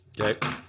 Okay